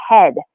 head